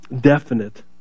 definite